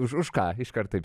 už už ką iškart taip